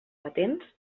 patents